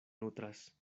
nutras